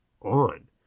on